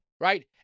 Right